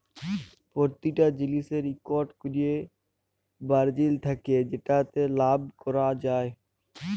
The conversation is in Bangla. পরতিটা জিলিসের ইকট ক্যরে মারজিল থ্যাকে যেটতে লাভ ক্যরা যায়